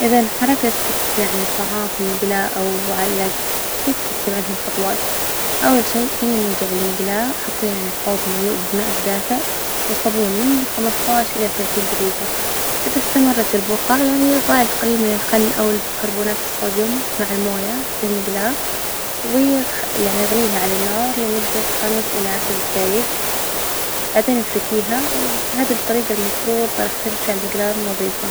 إذا إنحرجت الط- يعني الطعام في المجلاة أو علج فيك تتبع هالخطوات، أول شي ينجع المجلاة حطيه يعني في حوض مملوء بالماء الدافئ وصابون من خمسطعش إلى ثلاثين دجيجة، إذا إستمرت البجع يعني ضع القليل من الخل أو البيكربونات الصوديوم مع الموية في المجلاة، وي- يعني إغليها على النار لمدة خمس إلى عشر دجايج، بعدين إفركيها، وبهذي الطريقة المفروض راح ترجع المجلاة نظيفة.